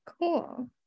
Cool